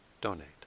donate